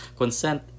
consent